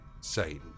Satan